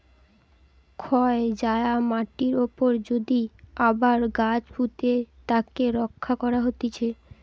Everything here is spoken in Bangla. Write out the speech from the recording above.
ক্ষয় যায়া মাটির উপরে যদি আবার গাছ পুঁতে তাকে রক্ষা করা হতিছে